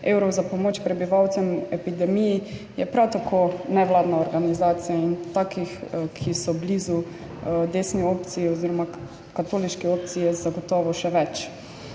tisoč za pomoč prebivalcem v epidemiji, je prav tako nevladna organizacija in takih, ki so blizu desni opciji oziroma katoliški opciji, je zagotovo še več.